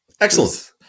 Excellent